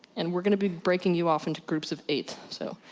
and we're gonna be breaking you off into groups of eight. so.